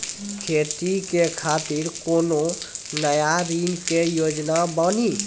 खेती के खातिर कोनो नया ऋण के योजना बानी?